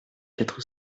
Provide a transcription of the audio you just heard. quatre